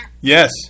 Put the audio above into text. Yes